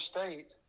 State